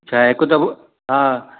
छा आहे हिकु दफ़ो हा